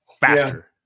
faster